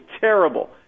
terrible